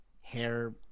hair